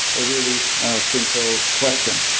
a really simple question.